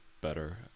better